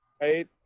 right